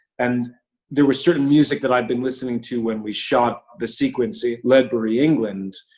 and there was certain music that i had been listening to when we shot the sequence in ledbury, england,